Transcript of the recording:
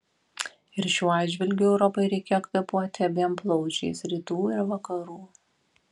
ir šiuo atžvilgiu europai reikėjo kvėpuoti abiem plaučiais rytų ir vakarų